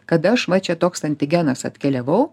kad aš va čia toks antigenas atkeliavau